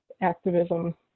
activism